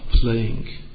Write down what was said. playing